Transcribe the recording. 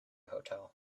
hotel